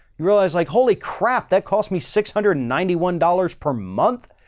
you realize like, holy crap, that cost me six hundred and ninety one dollars per month.